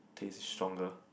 taste is stronger